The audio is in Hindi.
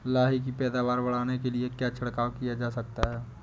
लाही की पैदावार बढ़ाने के लिए क्या छिड़काव किया जा सकता है?